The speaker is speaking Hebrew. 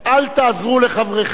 אל תעזרו לחבריכם.